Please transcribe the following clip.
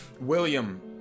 William